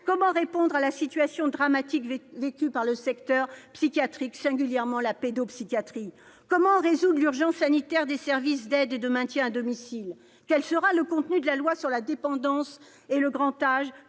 répondre à la situation dramatique vécue par le secteur psychiatrique, et singulièrement la pédopsychiatrie ? Comment résoudre l'urgence sanitaire des services d'aide et de maintien à domicile ? Quel sera le contenu de la loi sur la dépendance et le grand âge,